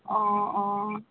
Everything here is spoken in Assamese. অঁ অঁ